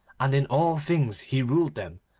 and in all things he ruled them,